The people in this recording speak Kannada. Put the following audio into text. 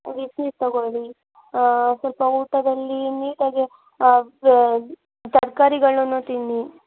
ಬಿಸಿನೀರು ತೊಗೊಳಿ ಸ್ವಲ್ಪ ಊಟದಲ್ಲಿ ನೀಟಾಗಿ ತರಕಾರಿಗಳನ್ನು ತಿನ್ನಿ